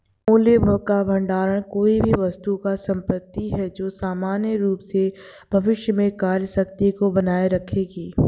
मूल्य का भंडार कोई भी वस्तु या संपत्ति है जो सामान्य रूप से भविष्य में क्रय शक्ति को बनाए रखेगी